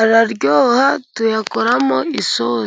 araryoha， tuyakoramo isosi.